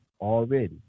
already